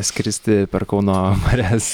skristi per kauno marias